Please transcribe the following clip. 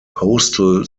postal